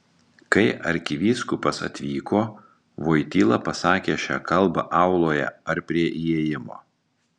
kai arkivyskupas atvyko voityla pasakė šią kalbą auloje ar prie įėjimo